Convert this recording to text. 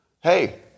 Hey